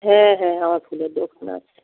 হ্যাঁ হ্যাঁ আমার ফুলের দোকানে আছে